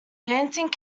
dancing